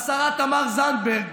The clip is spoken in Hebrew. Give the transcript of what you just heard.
השרה תמר זנדברג,